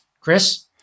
Chris